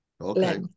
okay